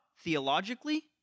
theologically